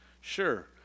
Sure